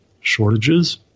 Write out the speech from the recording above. shortages